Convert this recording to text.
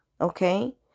Okay